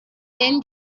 then